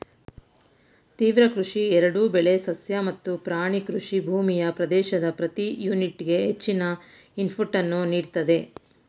ತೀವ್ರ ಕೃಷಿ ಎರಡೂ ಬೆಳೆ ಸಸ್ಯ ಮತ್ತು ಪ್ರಾಣಿ ಕೃಷಿ ಭೂಮಿಯ ಪ್ರದೇಶದ ಪ್ರತಿ ಯೂನಿಟ್ಗೆ ಹೆಚ್ಚಿನ ಇನ್ಪುಟನ್ನು ನೀಡ್ತದೆ